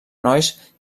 nois